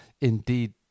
indeed